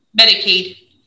Medicaid